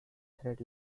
thread